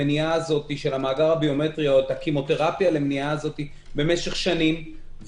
כבר הביעה דעתה